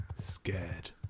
scared